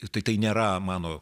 tai tai nėra mano